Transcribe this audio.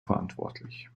verantwortlich